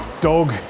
dog